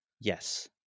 Yes